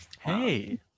Hey